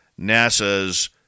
NASA's